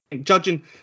judging